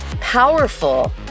powerful